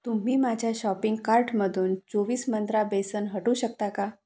तुम्ही माझ्या शॉपिंग कार्टमधून चोवीस मंत्रा बेसन हटवू शकता का